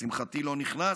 לשמחתי הוא לא נכנס,